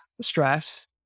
stress